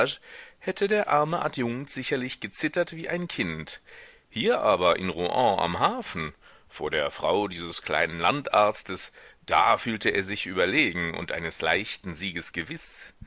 hätte der arme adjunkt sicherlich gezittert wie ein kind hier aber in rouen am hafen vor der frau dieses kleinen landarztes da fühlte er sich überlegen und eines leichten